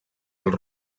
als